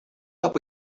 but